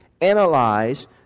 analyze